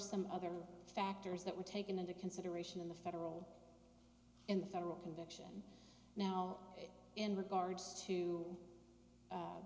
some other factors that were taken into consideration in the federal and federal conviction now in regards to